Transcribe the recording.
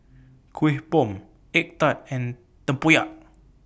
Kuih Bom Egg Tart and Tempoyak